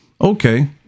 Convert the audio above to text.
Okay